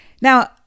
Now